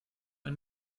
ein